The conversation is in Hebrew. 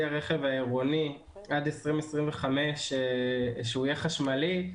הרכב העירוני עד 2025 שהוא יהיה חשמלי.